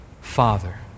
Father